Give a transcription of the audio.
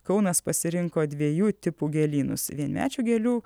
kaunas pasirinko dviejų tipų gėlynus vienmečių gėlių